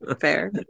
Fair